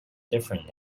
different